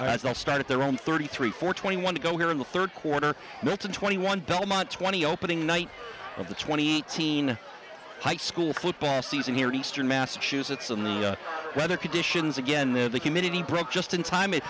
the start of their own thirty three for twenty one to go here in the third quarter that's a twenty one belmont twenty opening night of the twenty eighteen high school football season here in eastern massachusetts and the weather conditions again there the humidity broke just in time